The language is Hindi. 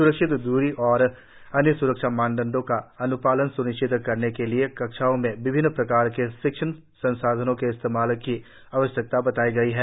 स्रक्षित द्री और अन्य स्रक्षा मानदंड का अन्पालन स्निश्चित करने के लिए कक्षा में विभिन्न प्रकार के शिक्षण संसाधनों के इस्तेमाल की आवश्यकता बताई गई है